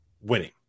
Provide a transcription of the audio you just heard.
winning